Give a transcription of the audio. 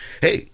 hey